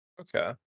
okay